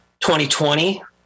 2020